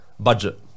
budget